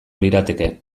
lirateke